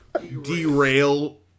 Derail